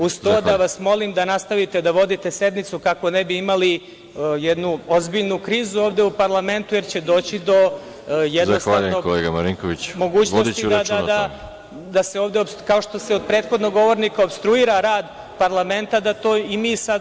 Uz to, molim vas da nastavite da vodite sednicu kako ne bi imali jednu ozbiljnu krizu ovde u parlamentu, jer će doći do mogućnosti da se ovde… kao što se od prethodnog govornika opstruira rad parlamenta, to i mi sada…